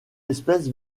espèce